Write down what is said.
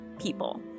people